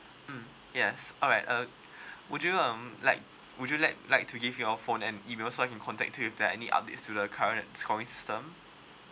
mm yes alright uh would you um like would you like like to give your phone and email so I can contact to you with there is any updates to the current scoring system